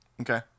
Okay